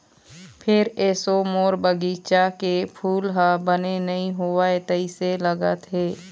फेर एसो मोर बगिचा के फूल ह बने नइ होवय तइसे लगत हे